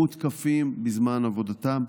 יותקפו בזמן עבודתם.